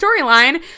storyline